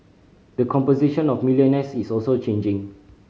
the composition of millionaires is also changing